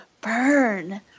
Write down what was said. burn